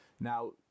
now